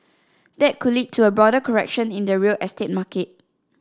that could lead to a broader correction in the real estate market